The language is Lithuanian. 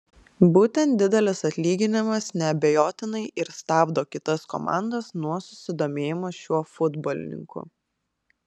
būtent didelis atlyginimas neabejotinai ir stabdo kitas komandas nuo susidomėjimo šiuo futbolininku